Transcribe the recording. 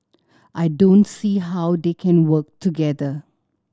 I don't see how they can work together